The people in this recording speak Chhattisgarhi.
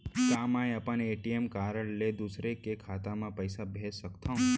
का मैं अपन ए.टी.एम कारड ले दूसर के खाता म पइसा भेज सकथव?